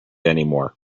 anymore